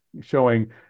showing